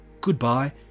goodbye